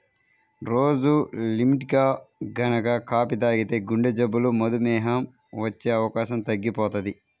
రోజూ లిమిట్గా గనక కాపీ తాగితే గుండెజబ్బులు, మధుమేహం వచ్చే అవకాశం తగ్గిపోతది